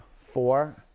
four